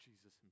Jesus